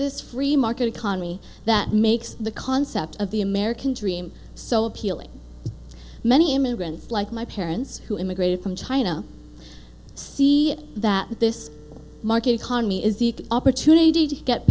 this free market economy that makes the concept of the american dream so appealing to many immigrants like my parents who immigrated from china see that this market economy is the opportunity to get